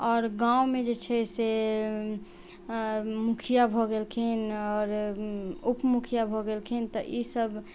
आओर गाँवमे जेछै से मुखिया भऽ गेलखिन आओर उप मुखिया भऽ गेलखिन तऽ इसभ